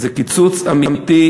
זה קיצוץ אמיתי,